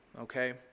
okay